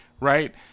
right